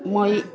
মই